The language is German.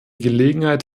gelegenheit